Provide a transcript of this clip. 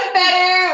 better